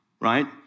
right